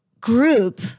group